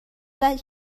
دهید